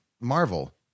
Marvel